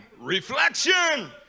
Reflection